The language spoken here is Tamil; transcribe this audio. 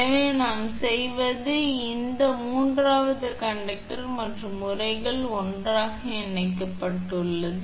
எனவே நாம் செய்வது இந்த மூன்றாவது கண்டக்டர் மற்றும் உறைகள் ஒன்றாக இணைக்கப்பட்டுள்ளது